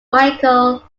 michael